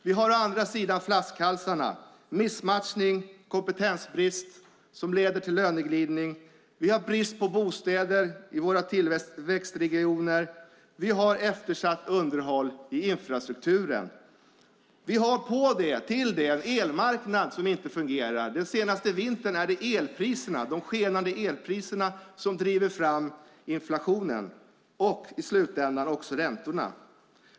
Å andra sidan har vi flaskhalsarna samt missmatchning och kompetensbrist som leder till löneglidning. Vi har brist på bostäder i våra tillväxtregioner. Vi har eftersatt underhåll i infrastrukturen. Till detta kommer att vi har en elmarknad som inte fungerar. Den senaste vintern har de skenande elpriserna drivit på inflationen och i slutändan också räntorna.